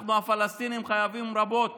אנחנו הפלסטינים חייבים רבות